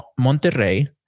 Monterrey